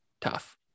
tough